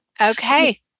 Okay